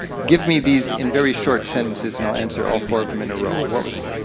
give me these, in very short sentences, and i'll answer all four of them in a row. what was the?